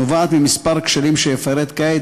נובעת מכמה כשלים שאפרט כעת.